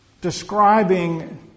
describing